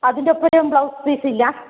അതിന്റൊപ്പം blouse പീസില്ല